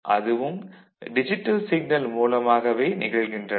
அதுவும் digital signal மூலமாகவே நிகழ்கின்றன